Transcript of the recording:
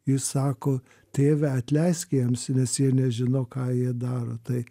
jis sako tėve atleisk jiems nes jie nežino ką jie daro tai